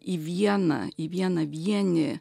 į vieną į vieną vieni